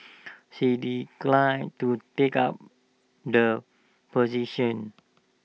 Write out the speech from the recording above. she declined to take up the position